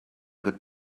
good